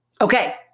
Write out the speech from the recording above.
Okay